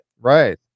Right